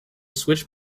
switched